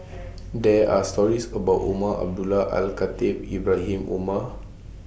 There Are stories about Umar Abdullah Al Khatib Ibrahim Omar